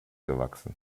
gewachsen